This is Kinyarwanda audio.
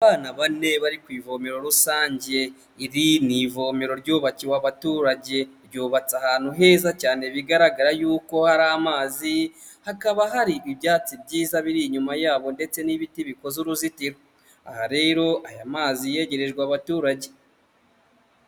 Abana bane bari ku ivomero rusange, iri ni ivomero ryubakiwe abaturage ryubatse ahantu heza cyane bigaragara yuko hari amazi, hakaba hari ibyatsi byiza biri inyuma yabo ndetse n'ibiti bikoze uruzitiro, aha rero aya mazi yegerejwe abaturage.